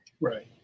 right